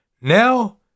now